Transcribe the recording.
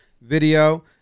video